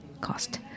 cost